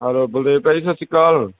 hello Baldev ਭਾਅ ਜੀ ਸਤਿ ਸ਼੍ਰੀ ਅਕਾਲ